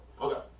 Okay